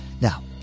Now